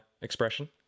expression